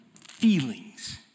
feelings